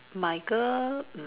my girl mm